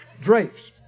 drapes